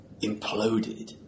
imploded